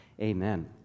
amen